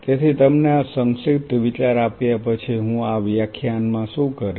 તેથી તમને આ સંક્ષિપ્ત વિચાર આપ્યા પછી હું આ વ્યાખ્યાન માં શું કરીશ